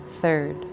third